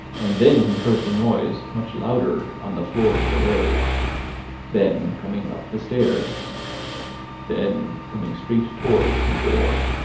and then he heard the noise much louder, on the floors below then coming up the stairs then coming straight towards his door.